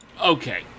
Okay